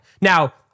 Now